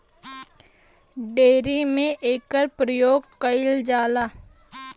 dairy में एकर परियोग कईल जाला